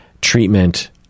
treatment